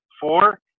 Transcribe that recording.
four